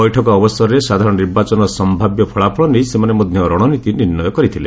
ବୈଠକ ଅବସରରେ ସାଧାରଣ ନିର୍ବାଚନର ସମ୍ଭାବ୍ୟ ଫଳାଫଳ ନେଇ ସେମାନେ ମଧ୍ୟ ରଣନୀତି ନିର୍ଣ୍ଣୟ କରିଥିଲେ